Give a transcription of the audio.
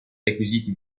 requisiti